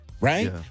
Right